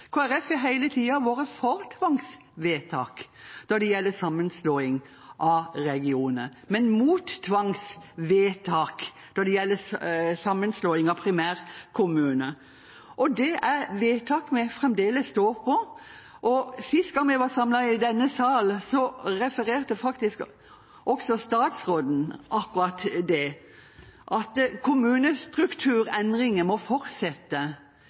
har hele tiden vært for tvangsvedtak når det gjelder sammenslåing av regionene, men mot tvangsvedtak når det gjelder sammenslåing av primærkommuner. Det er vedtak vi fremdeles står på. Sist gang vi var samlet i denne sal, refererte faktisk også statsråden akkurat til det, at kommunestrukturendringer må fortsette